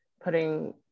putting